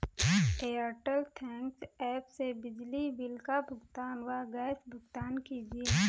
Airtel thanks app से बिजली bill का भुगतान व गैस भुगतान कीजिए